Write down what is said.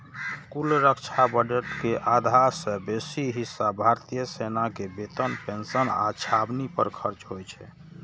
कुल रक्षा बजट के आधा सं बेसी हिस्सा भारतीय सेना के वेतन, पेंशन आ छावनी पर खर्च होइ छै